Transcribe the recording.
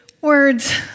words